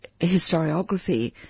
historiography